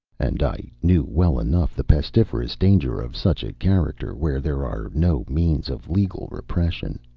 and i knew well enough the pestiferous danger of such a character where there are no means of legal repression.